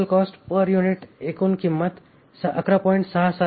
total cost per युनिटची एकूण किंमत 11